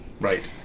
Right